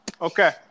Okay